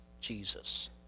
Jesus